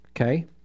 Okay